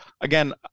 again